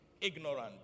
Ignorant